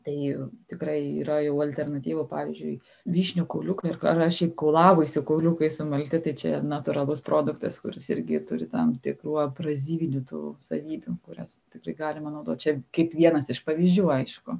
tai tikrai yra jau alternatyvų pavyzdžiui vyšnių kauliukai ir yra šiaip kaulavaisių kauliukai sumalti tai čia natūralus produktas kuris irgi turi tam tikrų abrazyvinių tų savybių kurias tikrai galima naudoti čia kaip vienas iš pavyzdžių aišku